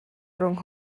rhwng